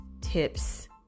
tips